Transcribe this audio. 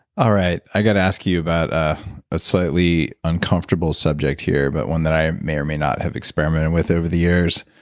alright. i gotta ask you about a ah slightly uncomfortable subject here, but one that i may or may not have experimented with over the years.